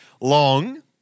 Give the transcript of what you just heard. long